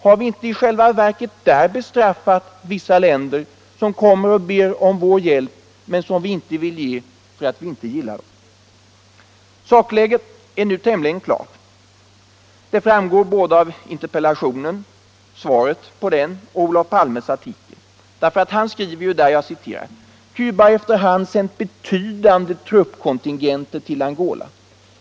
Har vi inte i själva verket på det sättet bestraffat vissa länder som kommer och ber om vår hjälp men som vi inte vill hjälpa därför att vi inte gillar dem? Sakläget är nu tämligen klart. Det framgår både av interpellationssvaret och av Olof Palmes artikel, där han skriver: ”Cuba har efter hand sänt betydande truppkontingenter till Angola.